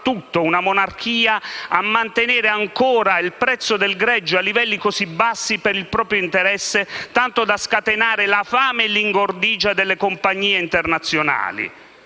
soprattutto, una monarchia a mantenere ancora il prezzo del greggio a livelli così bassi per il proprio interesse, tanto da scatenare la fame e l'ingordigia delle compagnie internazionali?